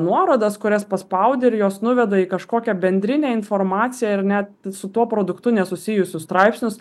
nuorodas kurias paspaudi ir jos nuveda į kažkokią bendrinę informaciją ir net su tuo produktu nesusijusius straipsnius